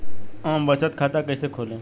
हम बचत खाता कइसे खोलीं?